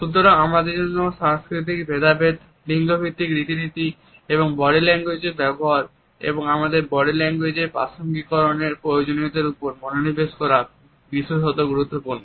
সুতরাং আমাদের জন্য সাংস্কৃতিক ভেদাভেদ লিঙ্গভিত্তিক রীতিনীতি ও বডি ল্যাঙ্গুয়েজ এর ব্যবহার এবং আমাদের বডি ল্যাঙ্গুয়েজ এর প্রাসঙ্গিককরণের প্রয়োজনীয়তার উপর মনোনিবেশ করা বিশেষত গুরুত্বপূর্ণ